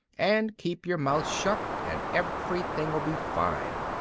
and keep your mouth shut and everything'll be fine.